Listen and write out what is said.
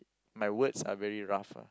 my words are very rough ah